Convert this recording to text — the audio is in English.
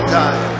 time